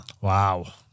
Wow